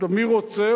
מי רוצה?